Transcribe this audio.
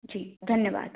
जी धन्यवाद